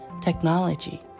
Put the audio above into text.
technology